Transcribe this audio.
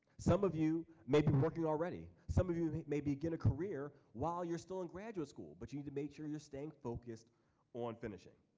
some of you may be working already. some of you may begin a career while you're still in graduate school, but you need to make sure you're staying focused on finishing.